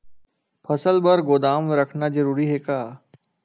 फसल बर गोदाम रखना जरूरी हे का?